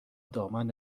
دامن